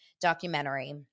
documentary